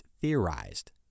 theorized